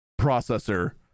processor